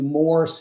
more